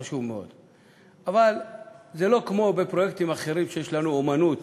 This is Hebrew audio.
אבל זה כמו בפרויקטים אחרים, שיש לנו אמנות